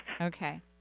Okay